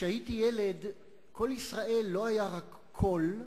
כשהייתי ילד "קול ישראל" לא היה רק קול,